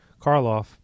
Karloff